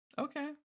Okay